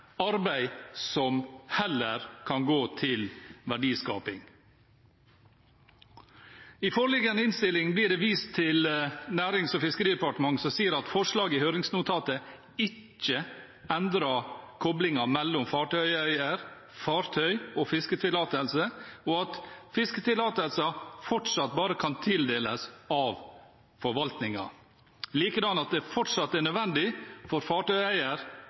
arbeid som heller kan gå til verdiskaping. I foreliggende innstilling blir det vist til Nærings- og fiskeridepartementet, som sier at forslaget i høringsnotatet ikke endrer koblingen mellom fartøyeier, fartøy og fisketillatelse, og at fisketillatelser fortsatt bare kan tildeles av forvaltningen, likedan at det fortsatt er nødvendig for fartøyeier